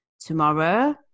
tomorrow